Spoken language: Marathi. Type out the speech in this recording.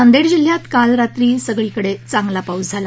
नांदेड जिल्ह्यात काल रात्री सर्वदूर चांगला पाऊस झाला